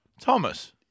Thomas